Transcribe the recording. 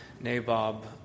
Nabob